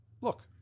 Look